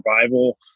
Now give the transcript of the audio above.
survival